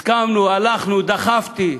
הסכמנו, הלכנו, דחפתי.